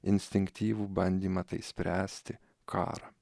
instinktyvų bandymą tai spręsti karą